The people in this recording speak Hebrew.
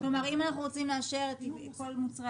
כלומר אם אנחנו רוצים לאשר את כל מוצרי